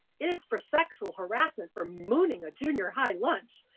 it is for sexual harassment for mooning a junior high lunch.